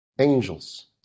Angels